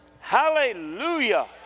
Hallelujah